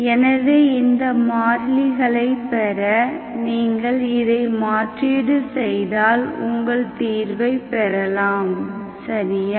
எனவே இந்த மாறிலிகளைப் பெற நீங்கள் இதை மாற்றீடு செய்தால் உங்கள் தீர்வைப் பெறலாம் சரியா